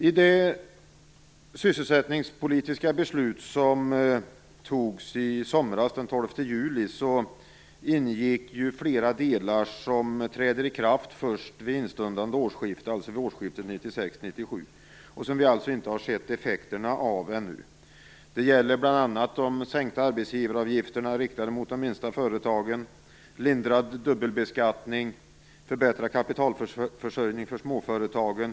I det sysselsättningspolitiska beslut som fattades i somras, den 12 juli, ingick flera delar som träder i kraft först vid stundande årsskifte och som vi alltså inte har sett effekterna av än. Det gäller bl.a. de sänkta arbetsgivaravgifterna riktade mot de minsta företagen, lindrad dubbelbeskattning och förbättrad kapitalförsörjning för småföretagen.